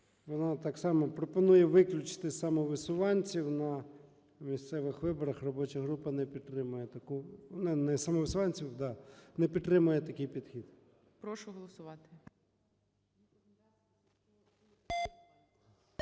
Вона так само пропонує виключити самовисуванців на місцевих виборах. Робоча група не підтримує таку…